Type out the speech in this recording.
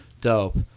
dope